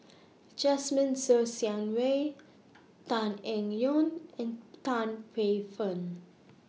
Jasmine Ser Xiang Wei Tan Eng Yoon and Tan Paey Fern